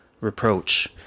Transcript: reproach